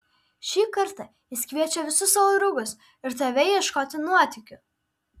šį kartą jis kviečia visus savo draugus ir tave ieškoti nuotykių